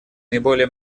наиболее